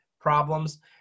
problems